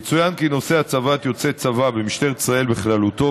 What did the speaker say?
יצוין כי נושא הצבת יוצאי צבא במשטרת ישראל בכללותו,